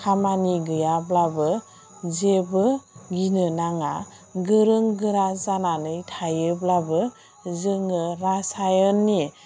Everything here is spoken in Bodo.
खामानि गैयाब्लाबो जेबो गिनो नाङा गोरों गोरा जानानै थायोब्लाबो जोङो रासायननि